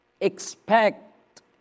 expect